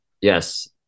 yes